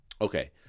Okay